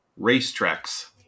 racetracks